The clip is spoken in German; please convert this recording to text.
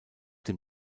dem